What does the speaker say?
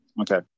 Okay